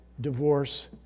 divorce